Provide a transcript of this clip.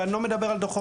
ואני לא מדבר על דוחות.